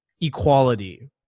Equality